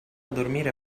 dormire